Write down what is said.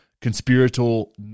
conspiratorial